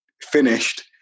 finished